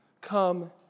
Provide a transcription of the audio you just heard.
Come